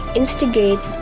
instigate